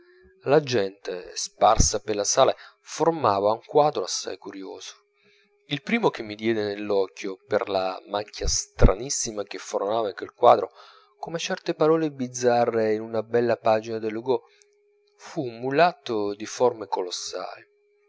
la gente sparsa per la sala formava un quadro assai curioso il primo che mi diede nell'occhio per la macchia stranissima che formava in quel quadro come certe parole bizzarre in una bella pagina dell'hugo fu un mulatto di forme colossali